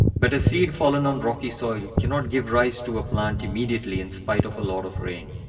but a seed fallen on rocky soil cannot give rise to a plant immediately in spite of a lot of rain.